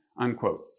unquote